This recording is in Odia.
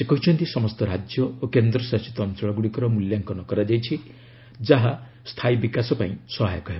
ସେ କହିଛନ୍ତି ସମସ୍ତ ରାଜ୍ୟ ଓ କେନ୍ଦ୍ରଶାସିତ ଅଞ୍ଚଳଗୁଡ଼ିକର ମୂଲ୍ୟାଙ୍କନ କରାଯାଇଛି ଯାହା ସ୍ଥାୟୀ ବିକାଶ ପାଇଁ ସହାୟକ ହେବ